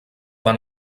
van